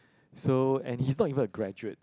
so and he's not even a graduate